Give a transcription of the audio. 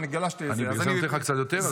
אני נותן לך קצת יותר.